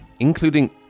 Including